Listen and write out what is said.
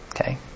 Okay